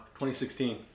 2016